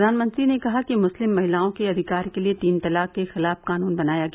प्रधानमंत्री ने कहा कि मुस्लिम महिलाओं के अधिकार के लिये तीन तलाक के खिलाफ कानून बनाया गया